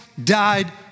died